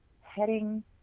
heading